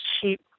cheap